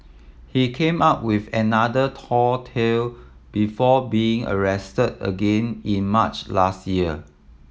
he came up with another tall tale before being arrested again in March last year